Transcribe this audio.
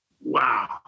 Wow